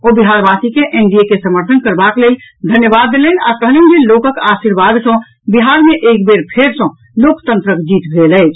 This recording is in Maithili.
ओ बिहारवासी के एनडीए के समर्थन करबाक लेल धन्यवाद देलनि आ कहलनि जे लोकक आशीर्वाद सॅ बिहार मे एक बेर फेर सॅ लोकतंत्रक जीत भेल अछि